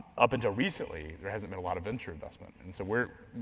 up until recently there hasn't been a lot of venture investment, and so we're.